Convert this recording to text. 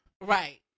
right